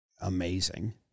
amazing